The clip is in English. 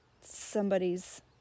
somebody's